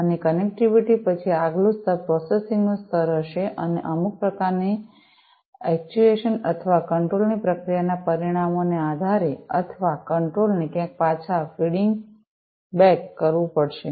અને કનેક્ટિવિટી પછી આગલું સ્તર પ્રોસેસિંગનું સ્તર હશે અને અમુક પ્રકારની એક્ટ્યુએશન અથવા કંટ્રોલ ની પ્રક્રિયાના પરિણામોના આધારે અથવા કંટ્રોલ ને ક્યાંક પાછા ફિડિંગ બેક કરવું પડશે